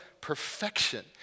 perfection